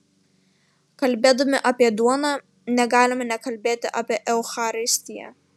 kalbėdami apie duoną negalime nekalbėti apie eucharistiją